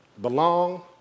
belong